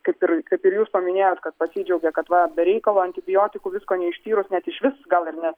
kaip ir kaip ir jūs paminėjot kad pasidžiaugia kad va be reikalo antibiotikų visko neištyrus net išvis gal ir nes